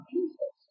Jesus